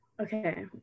Okay